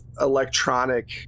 electronic